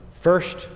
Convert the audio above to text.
first